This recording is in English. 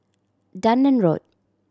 Dunearn Road